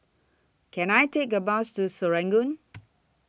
Can I Take A Bus to Serangoon